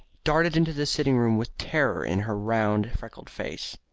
darted into the sitting-room with terror in her round freckled face